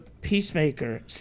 Peacemaker